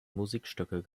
musikstücke